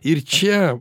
ir čia